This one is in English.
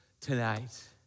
tonight